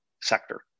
sector